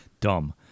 Dumb